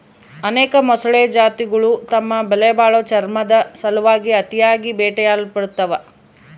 ಅನೇಕ ಮೊಸಳೆ ಜಾತಿಗುಳು ತಮ್ಮ ಬೆಲೆಬಾಳೋ ಚರ್ಮುದ್ ಸಲುವಾಗಿ ಅತಿಯಾಗಿ ಬೇಟೆಯಾಡಲ್ಪಡ್ತವ